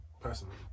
personally